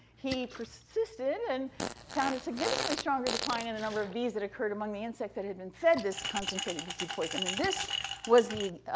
he persisted and found a significantically stronger decline in the number of bees that occurred among the insect that had been fed this concentrated bt poison, and this was the,